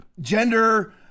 gender